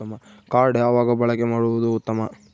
Card ಯಾವಾಗ ಬಳಕೆ ಮಾಡುವುದು ಉತ್ತಮ?